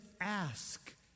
ask